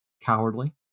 cowardly